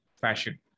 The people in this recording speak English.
fashion